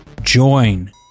join